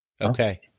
Okay